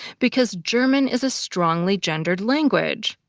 because german is a strongly gendered language.